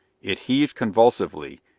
it heaved convulsively,